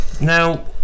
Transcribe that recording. Now